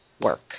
work